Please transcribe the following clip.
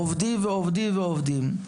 עובדים ועובדים, ועובדים.